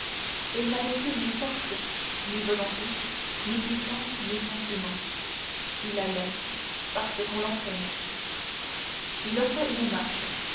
il n'avait plus ni force ni volonté ni puissance ni sentiment il allait parce qu'on l'entraînait il heurta une marche